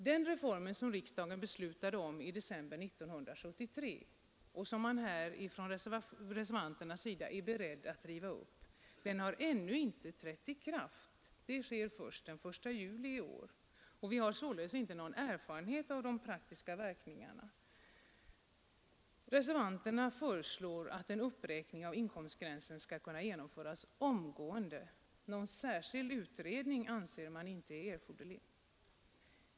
Den reform som riksdagen beslutade om i december 1973 och som reservanterna är beredda att riva upp har ännu inte trätt i kraft — det sker först den 1 juli i år. Vi har således inte någon erfarenhet av de praktiska verkningarna. Reservanterna föreslår att en uppräkning av inkomstgränsen skall genomföras omgående. Någon särskild utredning anser man inte erforderlig.